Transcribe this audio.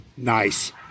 nice